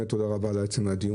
תודה על הדיון,